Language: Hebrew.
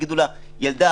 תגידו לה: ילדה,